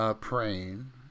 praying